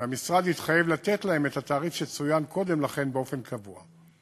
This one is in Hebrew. והמשרד התחייב לתת להם את התעריף שצוין קודם לכן באופן קבוע.